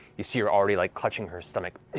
you see her already like clutching her stomach.